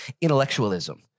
intellectualism